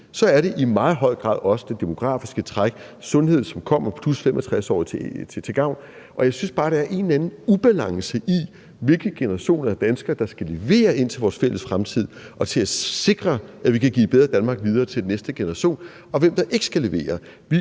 så er det i meget høj grad også det demografiske træk og sundhedsindsatserne, som kommer de 65+-årige til gavn, og jeg synes bare, der er en eller anden ubalance i, hvilke generationer af danskere der skal levere ind til vores fælles fremtid og til at sikre, at vi kan give et bedre Danmark videre til den næste generation, og hvem der ikke skal levere.